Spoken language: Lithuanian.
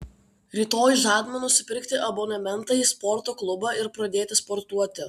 rytoj žadame nusipirkti abonementą į sporto klubą ir pradėti sportuoti